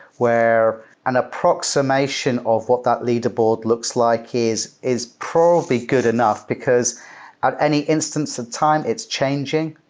where an approximation of what that leaderboard looks like is is probably good enough, because at any instance of time, it's changing.